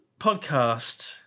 podcast